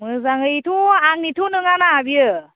मोजाङैथ' आंनिथ' नङाना बेयो